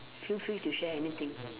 feel free to share anything